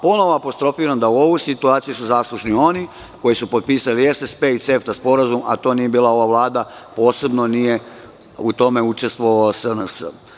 Ponovo apostrofiram da su za ovu situaciju zaslužni oni koji su potpisali SSP i CEFTA sporazum, a to nije bila ova Vlada, posebno nije u tome učestvovao SNS.